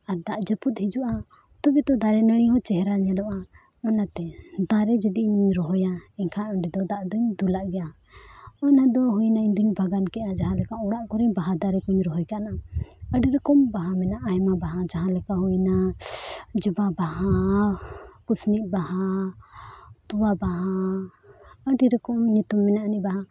ᱟᱨ ᱫᱟᱜᱼᱡᱟᱹᱯᱩᱫ ᱦᱤᱡᱩᱜᱼᱟ ᱛᱚᱵᱮ ᱛᱚ ᱫᱟᱨᱮ ᱱᱟᱹᱲᱤ ᱦᱚᱸ ᱪᱮᱦᱨᱟ ᱧᱮᱞᱚᱜᱼᱟ ᱚᱱᱟᱛᱮ ᱫᱟᱨᱮ ᱡᱩᱫᱤᱧ ᱨᱚᱦᱚᱭᱟ ᱮᱱᱠᱷᱟᱱ ᱚᱸᱰᱮ ᱫᱚ ᱫᱟᱜ ᱫᱚᱧ ᱫᱩᱞᱟᱜ ᱜᱮᱭᱟ ᱚᱱᱟ ᱫᱚ ᱦᱩᱭᱱᱟ ᱤᱧ ᱫᱩᱧ ᱵᱟᱜᱟᱱ ᱠᱮᱜᱼᱟ ᱡᱟᱦᱟᱸ ᱞᱮᱠᱟ ᱚᱲᱟᱜ ᱠᱚᱨᱮ ᱵᱟᱦᱟ ᱫᱟᱨᱮ ᱠᱚᱧ ᱨᱚᱦᱚᱭ ᱠᱟᱜᱼᱱᱟ ᱟᱹᱰᱤ ᱨᱚᱠᱚᱢ ᱵᱟᱦᱟ ᱢᱮᱱᱟᱜᱼᱟ ᱟᱭᱢᱟ ᱵᱟᱦᱟ ᱡᱟᱦᱟᱸ ᱞᱮᱠᱟ ᱦᱩᱭᱱᱟ ᱡᱚᱵᱟ ᱵᱟᱦᱟ ᱠᱩᱥᱱᱤ ᱵᱟᱦᱟ ᱛᱚᱣᱟ ᱵᱟᱦᱟ ᱟᱹᱰᱤ ᱨᱚᱠᱚᱢ ᱧᱩᱛᱩᱢ ᱢᱮᱱᱟᱜᱼᱟ ᱟᱱᱤᱡ ᱵᱟᱦᱟ